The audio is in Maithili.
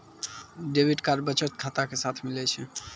डेबिट कार्ड बचत खाता के साथे मिलै छै